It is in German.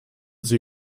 sie